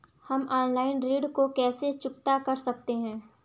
हम ऑनलाइन ऋण को कैसे चुकता कर सकते हैं?